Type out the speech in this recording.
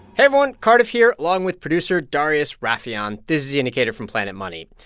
everyone. cardiff here, along with producer darius rafieyan. this is the indicator from planet money.